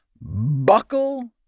buckle